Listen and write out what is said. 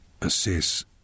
assess